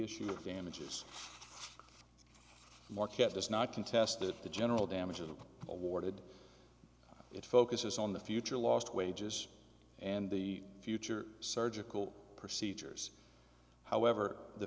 issue of damages marquette does not contested the general damages awarded it focuses on the future lost wages and the future surgical procedures however the